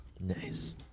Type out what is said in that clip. Nice